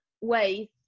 ways